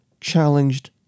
challenged